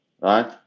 Right